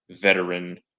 veteran